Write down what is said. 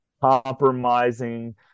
compromising